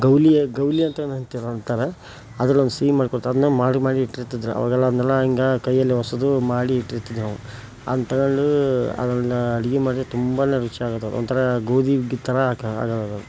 ಗೌಲಿಯ ಗೌಲಿ ಅಂತೇನೋ ಅಂತಾರೆ ಅದ್ರಲ್ಲೊಂದು ಸಿಹಿ ಮಾಡ್ಕೊಡ್ತಾರೆ ಅದನ್ನ ಮಾಡಿ ಮಾಡಿ ಇಟ್ಟಿರ್ತಿದ್ದರು ಆವಾಗೆಲ್ಲ ಅದನ್ನೆಲ್ಲ ಹಿಂಗೆ ಕೈಯಲ್ಲಿ ಹೊಸೆದು ಮಾಡಿ ಇಟ್ಟಿರ್ತೀವಿ ನಾವು ಅದನ್ನು ತಗೊಂಡು ಅದನ್ನ ಅಡ್ಗೆ ಮಾಡ್ದ್ರೆ ತುಂಬಾ ರುಚಿ ಆಗೋದು ಒಂಥರ ಗೋಧಿ ಹುಗ್ಗಿ ಥರ ಆಕ ಆಗೋದದು